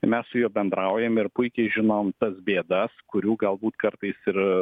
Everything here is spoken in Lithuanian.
mes su juo bendraujam ir puikiai žinom tas bėdas kurių galbūt kartais ir